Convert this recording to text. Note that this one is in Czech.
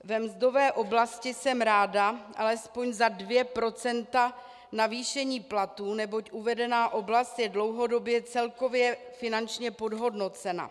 Ve mzdové oblasti jsem ráda alespoň za 2 % navýšení platů, neboť uvedená oblast je dlouhodobě celkově finančně podhodnocena.